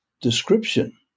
description